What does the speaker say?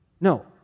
No